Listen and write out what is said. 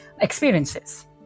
experiences